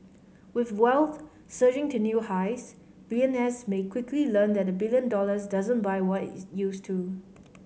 with wealth surging to new highs billionaires may quickly learn that a billion dollars doesn't buy what is used to